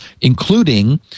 including